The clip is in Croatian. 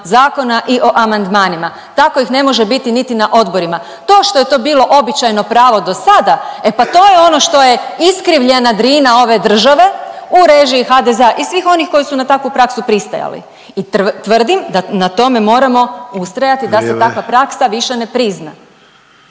zakona i o amandmanima tako ih ne može biti niti na odborima. To što je to bilo običajno pravo dosada, e pa to je ono što je iskrivljena Drina ove države u režiji HDZ-a i svih onih koji su na takvu praksu pristajali. I tvrdim da na tome moramo ustrajati …/Upadica: Vrijeme./… da se takva više ne prizna.